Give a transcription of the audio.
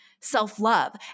self-love